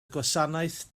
gwasanaeth